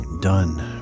done